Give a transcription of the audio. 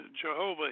Jehovah